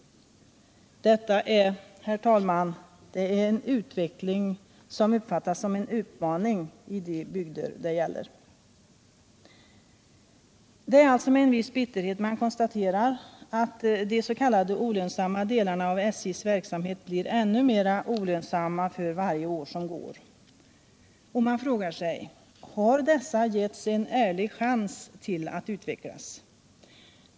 Detta är, herr talman, en utveckling som uppfattas som en utmaning i de bygder det gäller. Det är alltså med en viss bitterhet man konstaterar att de s.k. olönsamma delarna av SJ:s verksamhet blir ännu mer olönsamma för varje år som går. Man frågar sig: Har dessa getts en ärlig chans att utvecklas?